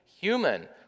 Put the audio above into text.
human